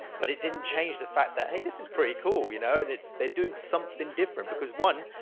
but it didn't change the fact that, hey, this is pretty cool. you know? and it's, they're doing something different because one,